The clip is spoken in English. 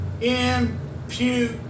impute